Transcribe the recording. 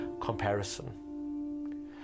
comparison